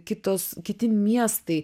kitos kiti miestai